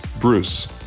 Bruce